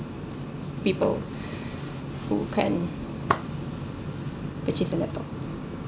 people who can't purchase a laptop